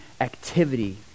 activity